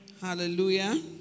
Hallelujah